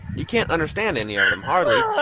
you can't understand any of them, hardly,